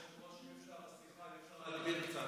אפשר להגביר?